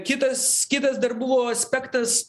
kitas kitas darbų aspektas